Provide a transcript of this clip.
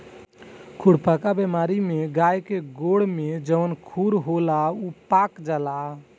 खुरपका बेमारी में गाय के गोड़ में जवन खुर होला उ पाक जाला